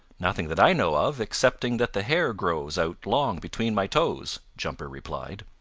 nothing that i know of, excepting that the hair grows out long between my toes, jumper replied.